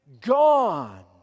gone